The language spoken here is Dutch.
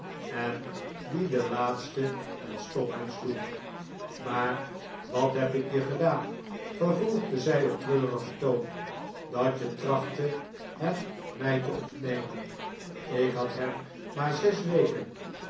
en die de laatste met stomhe id sloeg maar wat heb ikje gedaan vervolgde zij op treurigen toon dat je trachtte hem mij te ontnemen ik had hem maar zes weken